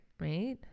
right